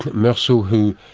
but merceau who,